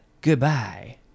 Goodbye